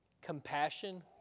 compassion